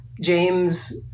James